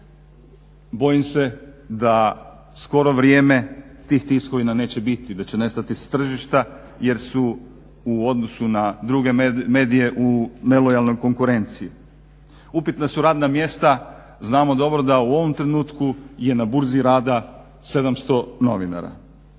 bojim se da skoro vrijeme tih tiskovina neće biti, da će nestati s tržišta jer su u odnosu na druge medije u nelojalnoj konkurenciji. Upitna su radna mjesta. Znamo dobro da u ovom trenutku je na burzi rada 700 novinara.